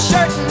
Shirt